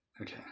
Okay